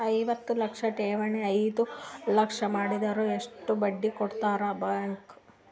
ಐವತ್ತು ಲಕ್ಷ ಠೇವಣಿ ಐದು ವರ್ಷ ಮಾಡಿದರ ಎಷ್ಟ ಬಡ್ಡಿ ಕೊಡತದ ಬ್ಯಾಂಕ್?